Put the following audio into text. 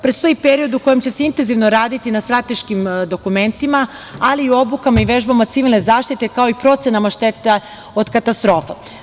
Predstoji period u kojem će se intenzivno raditi na strateškim dokumentima, ali i obukama i vežbama civilne zaštite, kao i procenama štete od katastrofa.